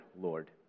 Lord